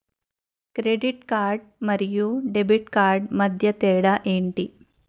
Credit card మరియు debit card మధ్య తేడా ఎంటి?